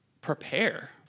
prepare